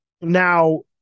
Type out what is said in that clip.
Now